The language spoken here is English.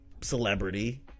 celebrity